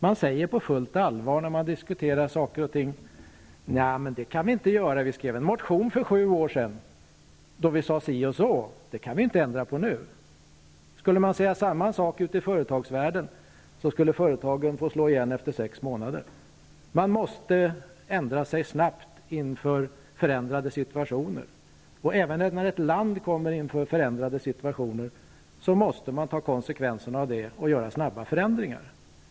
Man säger på fullt allvar när man diskuterar saker och ting: ''Nja, men det kan vi inte göra. Vi skrev en motion för sju år sedan, då vi sade si och så, och det kan vi inte ändra på nu.'' Skulle man säga samma sak ute i företagsvärlden, skulle företagen få slå igen efter sex månader. Man måste ändra sig snabbt inför förändrade situationer. Även när ett land kommer inför förändrade situationer måste man ta konsekvensen av det och göra snabba förändringar.